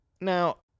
now